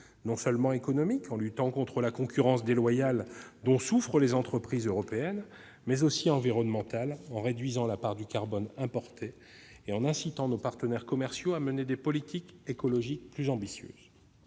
objectif : économique, en luttant contre la concurrence déloyale dont souffrent les entreprises européennes, mais aussi environnemental, en réduisant la part du carbone importé et en incitant nos partenaires commerciaux à mener des politiques écologiques plus ambitieuses.